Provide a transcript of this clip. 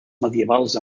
medievals